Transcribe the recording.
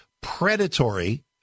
predatory